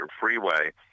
freeway